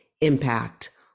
impact